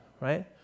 Right